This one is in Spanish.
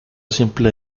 simple